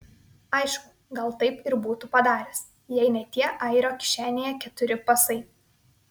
aišku gal taip ir būtų padaręs jei ne tie airio kišenėje keturi pasai